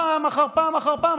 פעם אחר פעם אחר פעם.